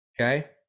okay